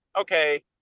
okay